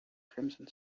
crimson